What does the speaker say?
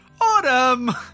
Autumn